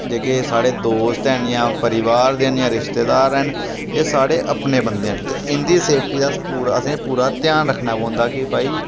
जेह्के साढ़े दोस्त हैन जां परिवार दे न जां रिश्तेदार हैन एह् साढ़े अपने बंदे न ते इं'दी सेफ्टी दा अस पूरा असें पूरा ध्यान रक्खना पौंदा कि भाई